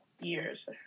years